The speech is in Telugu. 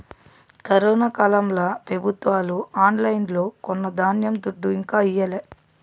కరోనా కాలంల పెబుత్వాలు ఆన్లైన్లో కొన్న ధాన్యం దుడ్డు ఇంకా ఈయలే